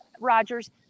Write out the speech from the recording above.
Rogers